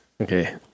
Okay